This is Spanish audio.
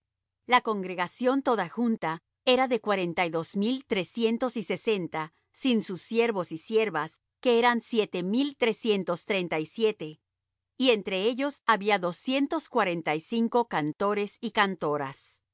la congregación toda junta era de cuarenta y dos mil trescientos y sesenta sin sus siervos y siervas que eran siete mil trescientos treinta y siete y entre ellos había doscientos cuarenta y cinco cantores y cantoras